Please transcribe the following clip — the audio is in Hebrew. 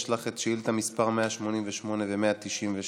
יש לך שאילתות מס' 188 ו-196.